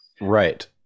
right